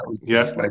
Yes